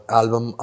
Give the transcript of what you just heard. album